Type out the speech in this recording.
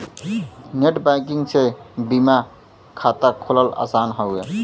net banking से बीमा खाता खोलना आसान हौ